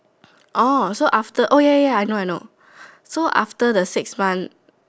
orh so after oh ya ya ya I know I know so after the six months